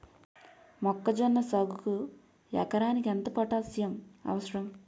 మొక్కజొన్న సాగుకు ఎకరానికి ఎంత పోటాస్సియం అవసరం?